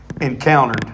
encountered